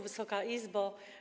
Wysoka Izbo!